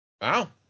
Wow